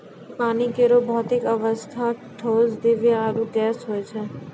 पानी केरो भौतिक अवस्था ठोस, द्रव्य आरु गैस होय छै